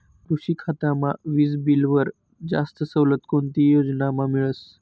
कृषी खातामा वीजबीलवर जास्त सवलत कोणती योजनामा मिळस?